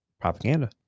propaganda